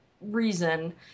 reason